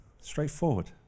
Straightforward